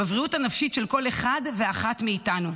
בבריאות הנפשית של כל אחת ואחד מאיתנו.